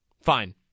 Fine